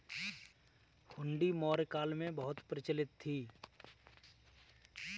हुंडी मौर्य काल में बहुत प्रचलित थी